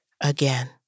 again